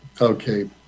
Okay